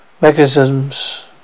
Mechanisms